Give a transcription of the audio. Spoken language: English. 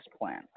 plan